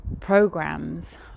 programs